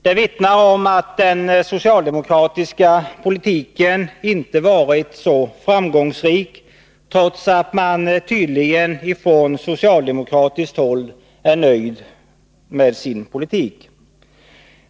Det vittnar om att den socialdemokratiska politiken inte varit så framgångsrik, trots att tydligen socialdemokraterna är nöjda med sin politik.